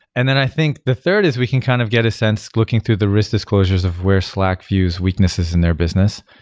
and i think the third is we can kind of get a sense looking through the risk disclosures of where slack views weaknesses in their business.